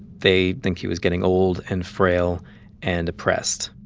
they think he was getting old and frail and depressed.